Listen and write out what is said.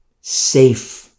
safe